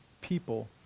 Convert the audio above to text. people